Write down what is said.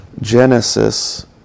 Genesis